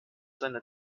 seine